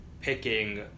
picking